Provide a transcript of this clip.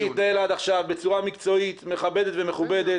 כשהיא הייתה כאן אני אמרתי לה את זה.